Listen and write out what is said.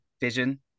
vision